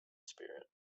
spirit